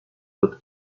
wird